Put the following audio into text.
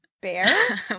Bear